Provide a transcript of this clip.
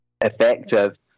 effective